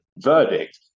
verdict